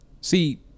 See